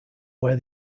where